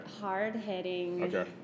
Hard-hitting